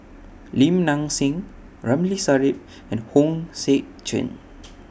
Lim Nang Seng Ramli Sarip and Hong Sek Chern